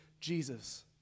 Jesus